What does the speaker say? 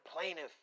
plaintiff